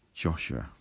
Joshua